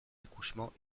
accouchements